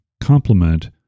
complement